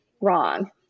wrong